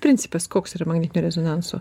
principas koks yra magnetinio rezonanso